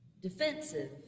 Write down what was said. Defensive